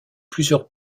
plusieurs